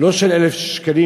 לא של 1,000 שקלים,